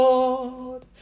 Lord